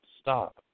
stop